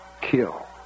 kill